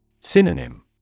Synonym